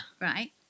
Right